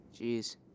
Jeez